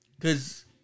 Cause